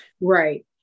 Right